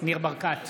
ניר ברקת,